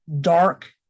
dark